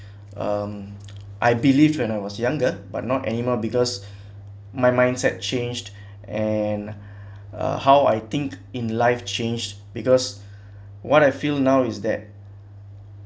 um I believe when I was younger but not anymore because my mindset changed and uh how I think in life changed because what I feel now is that